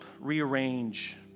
rearrange